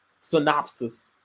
synopsis